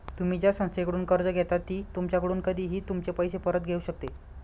तुम्ही ज्या संस्थेकडून कर्ज घेता ती तुमच्याकडून कधीही तुमचे पैसे परत घेऊ शकते